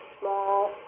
small